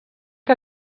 que